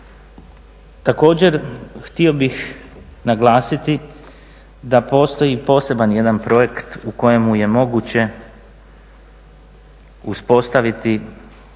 Također, htio bih naglasiti da postoji poseban jedan projekt u kojemu je moguće uspostaviti